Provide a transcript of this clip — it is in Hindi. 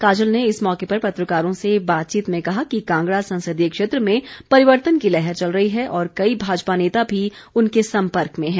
काजल ने इस मौके पर पत्रकारों से बातचीत में कहा कि कांगड़ा संसदीय क्षेत्र में परिवर्तन की लहर चल रही है और कई भाजपा नेता भी उनके संपर्क में हैं